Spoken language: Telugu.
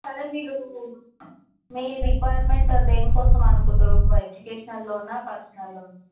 అదే మీరు మీ రిక్వైర్మెంట్ దేనికోసం అనుకుంటుర్రు ఎడ్యుకేషన్ లోనా పర్సనల్ లోనా